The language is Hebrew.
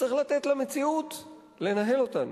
וצריך לתת למציאות לנהל אותנו.